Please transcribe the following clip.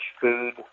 food